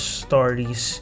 stories